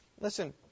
Listen